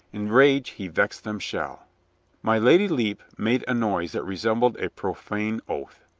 in rage he vex them shall my lady lepe made a noise that resembled a pro fane oath.